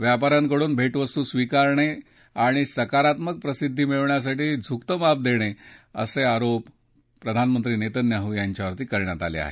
व्यापा यांकडून भेटवस्तू स्वीकारणे आणि सकारात्मक प्रसिद्धी मिळवण्यासाठी झुकतं माप देणे असं आरोप प्रधानमंत्री नेतन्याहू यांच्यावर करण्यात आले आहे